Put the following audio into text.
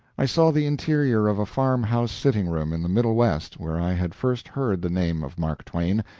i saw the interior of a farm-house sitting-room in the middle west where i had first heard the name of mark twain,